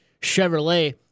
Chevrolet